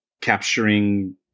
capturing